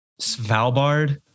Svalbard